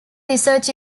research